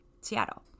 Seattle